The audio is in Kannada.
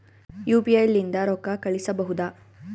ಯು.ಪಿ.ಐ ಲಿಂದ ರೊಕ್ಕ ಕಳಿಸಬಹುದಾ?